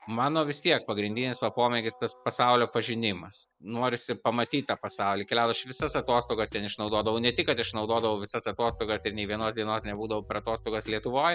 mano vis tiek pagrindinis va pomėgis tas pasaulio pažinimas norisi pamatyt tą pasaulį keliaut aš visas atostogas ten išnaudodavau ne tik kad išnaudodavau visas atostogas ir nei vienos dienos nebūdavau per atostogas lietuvoj